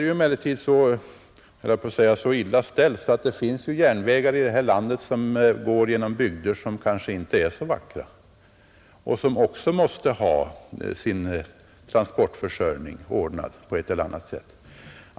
Jag höll på att säga att vi har det så illa ställt att det finns järnvägar i vårt land som går genom bygder, som kanske inte är så vackra men som också måste ha sin transportförsörjning ordnad på ett eller annat sätt.